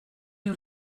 you